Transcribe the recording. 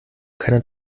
keiner